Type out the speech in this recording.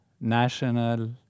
national